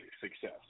success